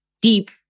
deep